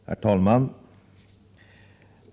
uniformsväv för Herr talman!